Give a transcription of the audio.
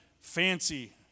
fancy